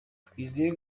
twizeye